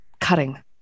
cutting